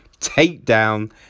takedown